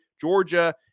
Georgia –